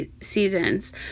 seasons